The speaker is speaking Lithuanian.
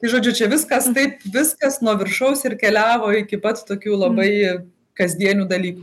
tai žodžiu čia viskas taip viskas nuo viršaus ir keliavo iki pat tokių labai kasdienių dalykų